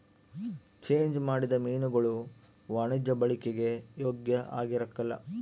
change ಮಾಡಿದ ಮೀನುಗುಳು ವಾಣಿಜ್ಯ ಬಳಿಕೆಗೆ ಯೋಗ್ಯ ಆಗಿರಕಲ್ಲ